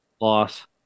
Loss